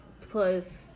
Plus